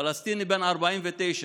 פלסטיני בן 49,